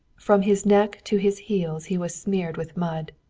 from his neck to his heels he was smeared with mud,